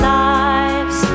lives